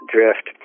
Drift